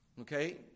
Okay